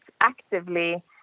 actively